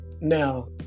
Now